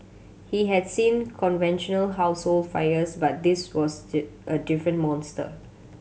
he had seen conventional household fires but this was a different monster